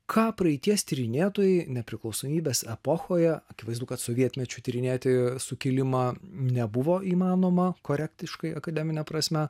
ką praeities tyrinėtojai nepriklausomybės epochoje akivaizdu kad sovietmečiu tyrinėti sukilimą nebuvo įmanoma korektiškai akademine prasme